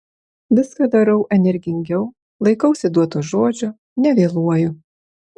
viską darau energingiau laikausi duoto žodžio nevėluoju